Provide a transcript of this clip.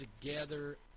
together